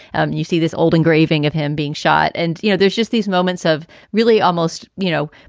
and you see this old engraving of him being shot. and, you know, there's just these moments of really almost, you know,